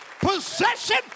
possession